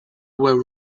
were